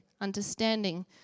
understanding